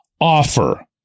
offer